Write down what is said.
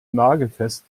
nagelfest